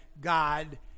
God